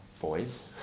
boys